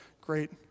great